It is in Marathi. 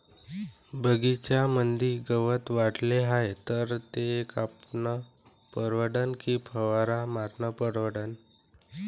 बगीच्यामंदी गवत वाढले हाये तर ते कापनं परवडन की फवारा मारनं परवडन?